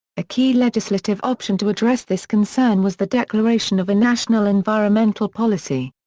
a key legislative option to address this concern was the declaration of a national environmental policy.